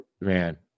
man